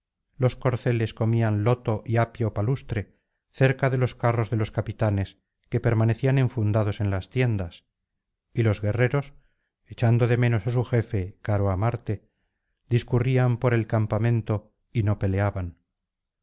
los corceles comían loto y apio palustre cerca de los carros de los capitanes que permanecían enfundados en las tiendas y los guerreros echando de menos á su jefe caro á marte discurrían por el campamento y no peleaban